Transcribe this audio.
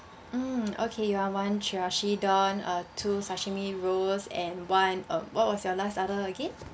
mm okay you are one chirashi don uh two sashimi rolls and one uh what was your last order again